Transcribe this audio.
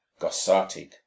gossartig